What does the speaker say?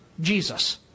Jesus